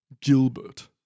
Gilbert